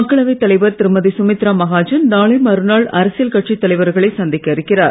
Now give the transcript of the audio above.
மக்களவைத் தலைவர் திருமதி சுமித்ரா மகாஜன் நாளை மறுநாள் அரசியல் கட்சித் தலைவர்களை சந்திக்க இருக்கிறார்